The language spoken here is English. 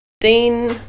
Dean